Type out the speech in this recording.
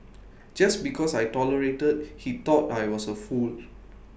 just because I tolerated he thought I was A fool